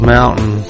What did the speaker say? Mountain